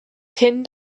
john